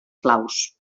claus